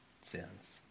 sins